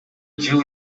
жыл